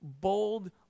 bold